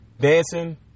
Dancing